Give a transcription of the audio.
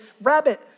rabbit